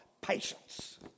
patience